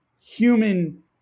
human